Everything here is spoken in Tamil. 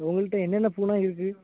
உங்கள்கிட்ட என்னென்ன பூ எல்லாம் இருக்கு